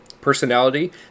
Personality